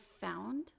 found